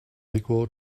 equal